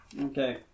Okay